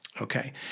Okay